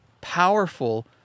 powerful